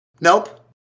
Nope